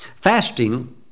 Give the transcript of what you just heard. Fasting